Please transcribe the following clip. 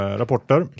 rapporter